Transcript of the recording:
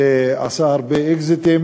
שעשה הרבה אקזיטים